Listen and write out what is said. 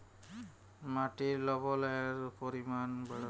মাটির লবলের পরিমাল বাড়ালো হ্যয় একুয়াকালচার চাষের জ্যনহে